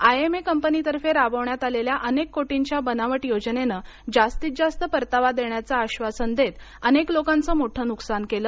IMA कंपनीतर्फे राबवण्यात आलेल्या अनेक कोटींच्या बनावट योजनेनं जास्तीत जास्त परतावा देण्याचं आश्वासन देत अनेक लोकांचं मोठं नुकसान केलं